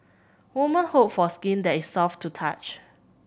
woman hope for skin that is soft to the touch